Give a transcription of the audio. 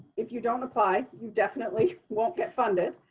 if you don't apply, you definitely won't get funded.